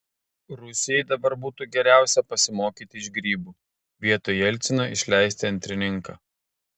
rusijai dabar būtų geriausia pasimokyti iš grybų vietoj jelcino išleisti antrininką